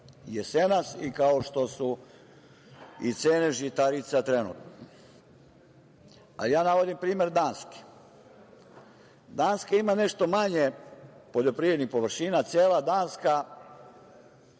jesenas i kao što su i cene žitarica trenutno. Ja navodim primer Danske. Danska ima nešto manje poljoprivrednih površina, cela Danska